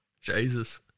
Jesus